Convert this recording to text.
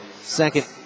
second